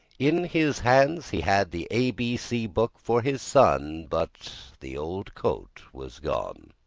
in his hands he had the a b c book for his son, but the old coat was gone.